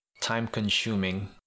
time-consuming